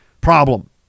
problem